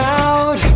out